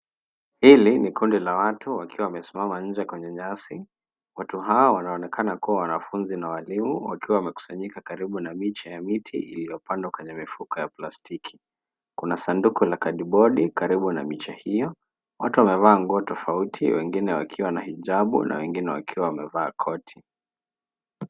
Hili ni kundi la watu wakiwa wamesimama nje kwenye nyasi. Watu hawa wanaonekana kuwa wanafunzi na walimu wakiwa wamekusanyika karibu na miche ya miti iliyopandwa kwenye mifuko ya plastiki. Kuna sanduku la kadibodi karibu na miche hiyo. Watu wamevaa nguo tofauti wengine wakiwa na hijabu na wengine wakiwa wamevaa koti.